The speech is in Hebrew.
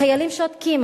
החיילים שותקים,